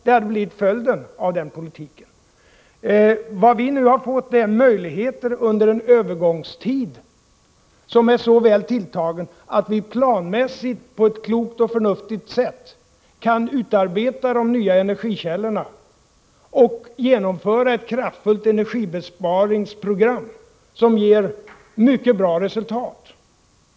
Det hade blivit följden av den politiken. Vad vi nu har fått är möjligheter att under en väl tilltagen övergångstid planmässigt och på ett klokt och förnuftigt sätt utveckla de nya energikällor na och genomföra ett kraftfullt energibesparingsprogram som ger mycket bra resultat.